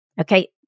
Okay